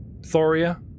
Thoria